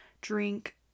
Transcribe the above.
drink